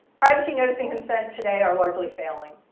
privacy notice and consent today are largely failing.